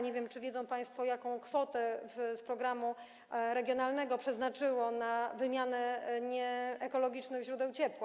Nie wiem, czy wiedzą państwo, jaką kwotę z programu regionalnego przeznaczyło ono na wymianę nieekologicznych źródeł ciepła.